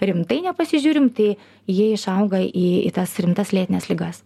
rimtai nepasižiūrim tai jie išauga į į tas rimtas lėtines ligas